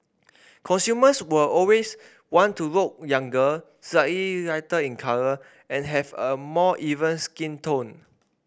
consumers will always want to look younger slightly lighter in colour and have a more even skin tone